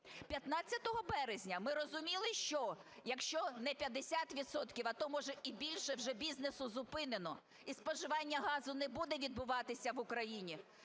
15 березня ми розуміли, якщо не 50 відсотків, а то може і більше вже бізнесу зупинено і споживання газу не буде відбуватися в Україні,